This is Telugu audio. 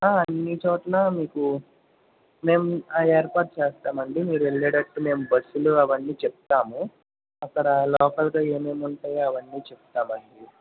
అన్నీ చోట్ల మీకు మేము ఏర్పాటు చేస్తామండీ మీరు వెళ్ళేటట్టు మేము బస్సులు అవన్నీ చెప్తాము అక్కడ లోకల్గా ఏమేమి ఉంటాయో అవన్నీ చెప్తామండీ